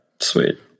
Sweet